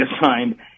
assigned